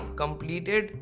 completed